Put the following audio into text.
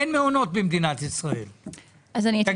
אין מעונות במדינת ישראל.